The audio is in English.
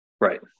Right